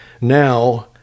Now